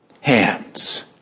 hands